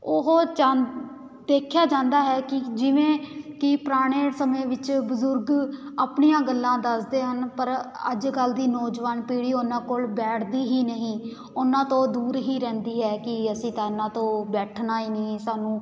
ਉਹ ਚੰਦ ਦੇਖਿਆ ਜਾਂਦਾ ਹੈ ਕਿ ਜਿਵੇਂ ਕਿ ਪੁਰਾਣੇ ਸਮੇਂ ਵਿੱਚ ਬਜ਼ੁਰਗ ਆਪਣੀਆਂ ਗੱਲਾਂ ਦੱਸਦੇ ਹਨ ਪਰ ਅੱਜ ਕੱਲ੍ਹ ਦੀ ਨੌਜਵਾਨ ਪੀੜ੍ਹੀ ਉਹਨਾਂ ਕੋਲ ਬੈਠਦੀ ਹੀ ਨਹੀਂ ਉਹਨਾਂ ਤੋਂ ਦੂਰ ਹੀ ਰਹਿੰਦੀ ਹੈ ਕਿ ਅਸੀਂ ਤਾਂ ਇਹਨਾਂ ਤੋਂ ਬੈਠਣਾ ਹੀ ਨਹੀਂ ਸਾਨੂੰ